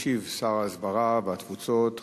ישיב שר ההסברה והתפוצות,